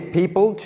people